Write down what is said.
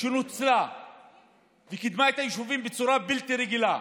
נוצלה וקידמה את היישובים בצורה בלתי רגילה,